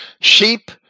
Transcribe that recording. sheep